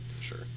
Sure